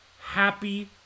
Happy